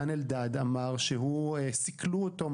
דן אלדד אמר שסיכלו אותו,